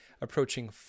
approaching